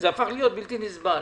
זה הפך להיות בלתי נסבל.